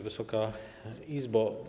Wysoka Izbo!